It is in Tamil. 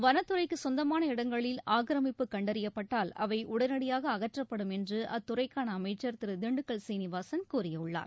வனத்துறைக்கு சொந்தமான இடங்களில் ஆக்கிரமிப்பு கண்டறியப்பட்டால் அவை உடனடியாக அகற்றப்படும் என்று அத்துறைக்கான அமைச்சர் திரு திண்டுக்கல் சீனிவாசன் கூறியுள்ளார்